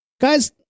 guys